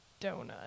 donut